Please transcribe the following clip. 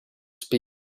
speed